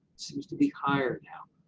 seems to be higher now.